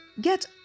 get